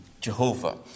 Jehovah